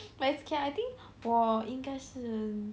but it's okay I think 我应该是